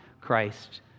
Christ